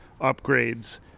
upgrades